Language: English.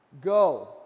Go